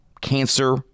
Cancer